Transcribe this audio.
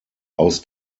aus